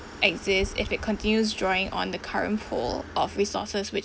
exist if it continues drawing on the current pool of resources which